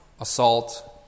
assault